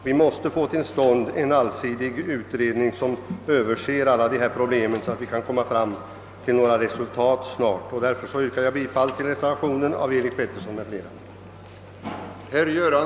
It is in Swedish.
Vi måste få till stånd en allsidig utredning som ser över alla dessa problem, så att vi snart kan nå resultat.